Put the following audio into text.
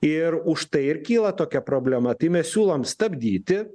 ir užtai ir kyla tokia problema tai mes siūlom stabdyti